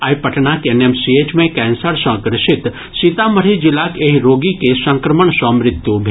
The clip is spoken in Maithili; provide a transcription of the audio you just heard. आई पटनाक एनएमसीएच मे कैंसर सँ ग्रसित सीतामढ़ी जिलाक एहि रोगी के संक्रमण सँ मृत्यु भेल